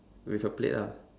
with a plate lah